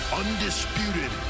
undisputed